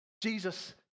Jesus